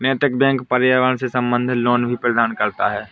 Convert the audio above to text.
नैतिक बैंक पर्यावरण से संबंधित लोन भी प्रदान करता है